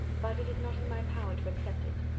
but it is not in my power to accept it.